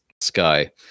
sky